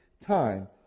time